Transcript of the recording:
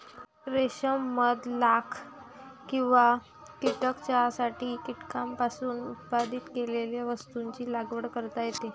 रेशीम मध लाख किंवा कीटक चहासाठी कीटकांपासून उत्पादित केलेल्या वस्तूंची लागवड करता येते